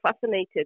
fascinated